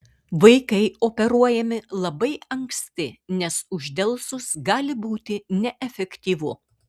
vaikai operuojami labai anksti nes uždelsus gali būti neefektyvu